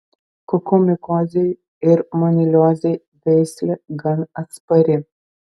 kokomikozei ir moniliozei veislė gan atspari